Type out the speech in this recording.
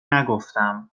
نگفتم